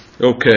Okay